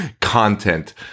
content